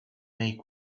make